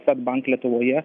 svedbank lietuvoje